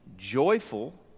Joyful